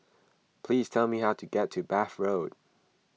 please tell me how to get to Bath Road